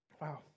wow